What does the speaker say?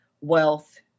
wealth